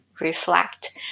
reflect